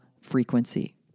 frequency